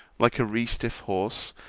like a restiff horse,